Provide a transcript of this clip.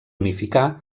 unificar